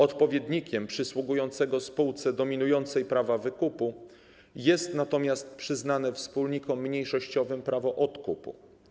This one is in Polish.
Odpowiednikiem przysługującego spółce dominującej prawa wykupu jest natomiast przyznane wspólnikom mniejszościowym prawo odkupu.